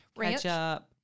ketchup